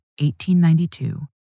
1892